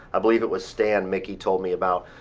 i believe it was stan miki told me about,